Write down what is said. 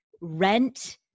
rent